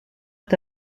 est